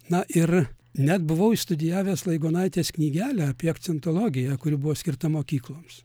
na ir net buvau išstudijavęs laigonaitės knygelę apie akcentologiją kuri buvo skirta mokykloms